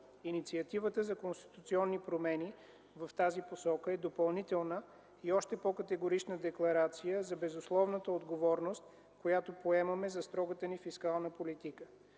Инициативата за конституционни промени в тази посока е допълнителна и още по-категорична декларация за безусловната отговорност, която поемаме за строгата ни фискална политика,